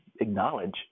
acknowledge